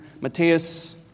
Matthias